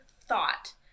thought